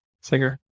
singer